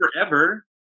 forever